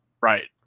Right